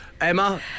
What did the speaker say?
Emma